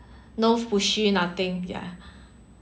no pushy nothing ya